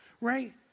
right